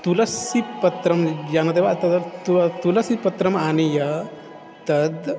तुलसीपत्रं ज्ञानादेव तद् तुलसीपत्रम् आनीय तद्